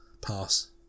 Pass